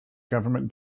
government